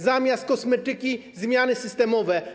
Zamiast kosmetyki - zmiany systemowe.